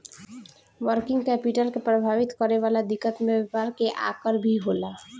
working capital के प्रभावित करे वाला दिकत में व्यापार के आकर भी होला